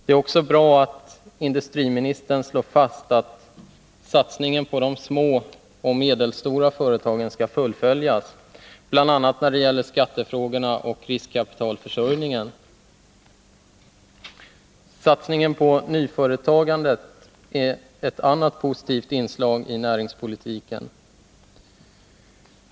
Det är också bra att industriministern slår fast att satsningen på de små och medelstora företagen skall fullföljas bl.a. när det gäller skattefrågorna och riskkapitalförsörjningen. Satsningen på nyföretagandet är ett annat positivt inslag i näringspolitiken.